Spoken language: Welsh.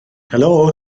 helo